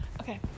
Okay